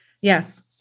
Yes